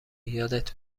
یادت